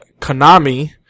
Konami